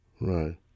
Right